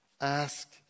ask